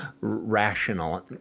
rational